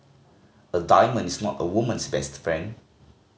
a diamond is not a woman's best friend